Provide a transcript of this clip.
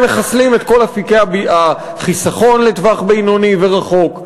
מחסלים את כל אפיקי החיסכון לטווח בינוני ורחוק,